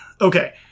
okay